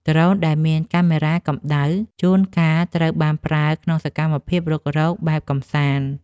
ដ្រូនដែលមានកាមេរ៉ាកម្ដៅ ជួនកាលត្រូវបានប្រើក្នុងសកម្មភាពរុករកបែបកម្សាន្ត។